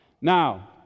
now